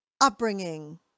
upbringing